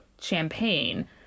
Champagne